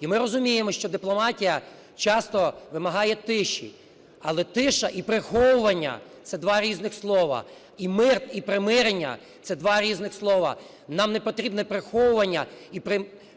І ми розуміємо, що дипломатія часто вимагає тиші. Але тиша і приховування – це два різних слова. І мир і примирення – це два різних слова. Нам не потрібно приховування і